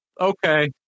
Okay